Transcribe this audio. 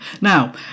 Now